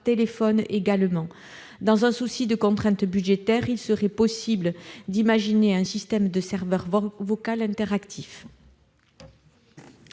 également. Dans un souci de contrainte budgétaire, il serait possible d'imaginer un système de serveur vocal interactif.